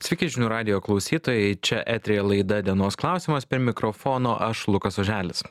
sveiki žinių radijo klausytojai čia eteryje laida dienos klausimas prie mikrofono aš lukas oželis